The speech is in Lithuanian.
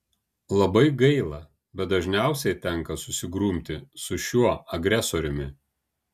labai gaila bet dažniausiai tenka susigrumti su šiuo agresoriumi